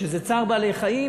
שזה צער בעלי-חיים,